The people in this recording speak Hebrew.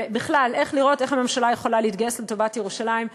בכלל לראות איך הממשלה יכולה להתגייס לטובת ירושלים.